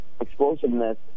explosiveness